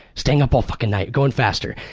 staying up all fucking night, going faster.